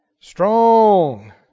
Strong